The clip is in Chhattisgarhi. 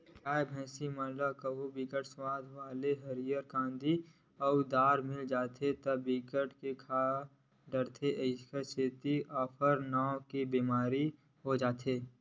गाय, भइसी मन ल कभू बिकट सुवाद वाला हरियर कांदी अउ दार मिल जाथे त बिकट के खा डारथे एखरे सेती अफरा नांव के बेमारी हो जाथे